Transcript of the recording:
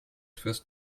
first